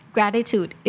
Gratitude